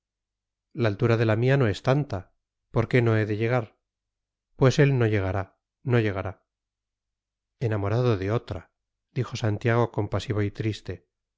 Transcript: la altura de la mía no es tanta por qué no he de llegar pues él no llegará no llegará enamorado de otra dijo santiago compasivo y triste